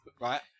Right